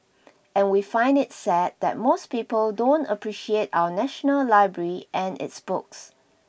and we find it sad that most people don't appreciate our national library and its books